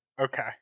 okay